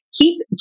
Keep